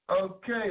Okay